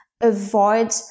avoid